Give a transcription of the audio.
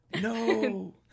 no